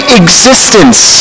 existence